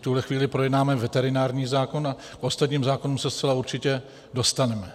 V tuhle chvíli projednáme veterinární zákon a k ostatním zákonům se zcela určitě dostaneme.